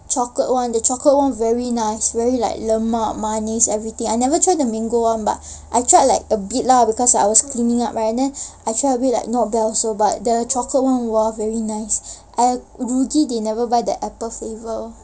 chocolate one the chocolate one very nice very like lemak manis everything I never try the mango one but I tried like a bit lah because I also cleaning up right then I tried a bit but not bad also but the chocolate one !wah! very nice I rugi they never buy the apple flavour